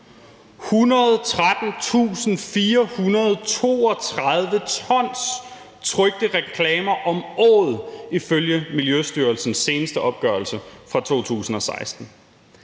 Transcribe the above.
113.432 t trykte reklamer om året ifølge Miljøstyrelsens seneste opgørelse fra 2016.